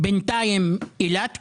אבל בינתיים אילת קיבלה,